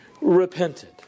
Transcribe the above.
repented